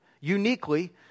uniquely